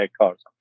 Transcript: cars